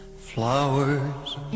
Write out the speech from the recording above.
Flowers